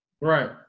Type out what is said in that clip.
right